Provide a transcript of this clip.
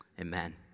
Amen